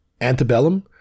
Antebellum